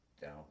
down